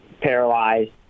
paralyzed